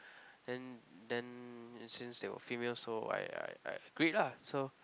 then then it since there were female so I I I agree lah so